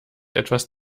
etwas